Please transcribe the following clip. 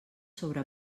sobre